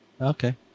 Okay